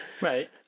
Right